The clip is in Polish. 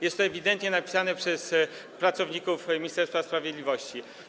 Jest to ewidentnie napisane przez pracowników Ministerstwa Sprawiedliwości.